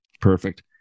Perfect